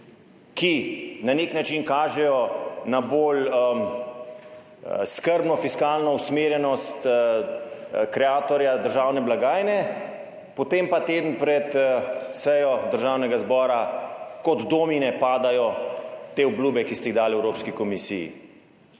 ki na nek način kažejo na bolj skrbno fiskalno usmerjenost kreatorja državne blagajne. Potem pa teden pred sejo Državnega zbora kot domine padajo te obljube, ki ste jih dali Evropski komisiji.